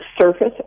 surface